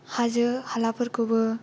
हाजो हालाफोरखौबो